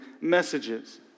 messages